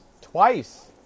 Twice